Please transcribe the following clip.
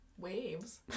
Waves